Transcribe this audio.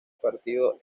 partido